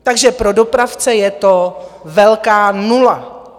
Takže pro dopravce je to velká nula.